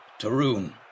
Tarun